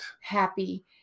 happy